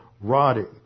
rotting